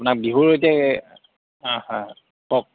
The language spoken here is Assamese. আপোনাৰ বিহু এতিয়া হয় হয় কওক